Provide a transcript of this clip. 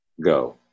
go